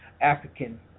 African